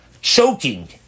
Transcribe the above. choking